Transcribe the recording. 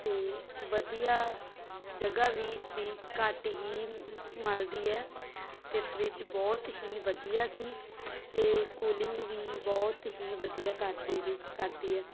ਅਤੇ ਵਧੀਆ ਜਗ੍ਹਾ ਵੀ ਇਸਦੀ ਘੱਟ ਹੀ ਮੱਲਦੀ ਹੈ ਅਤੇ ਫਰਿੱਜ ਬਹੁਤ ਹੀ ਵਧੀਆ ਸੀ ਅਤੇ ਕੂਲਿੰਗ ਵੀ ਬਹੁਤ ਹੀ ਵਧੀਆ ਕਰਦੇ ਨੇ ਕਰਦੀ ਆ